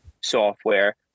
software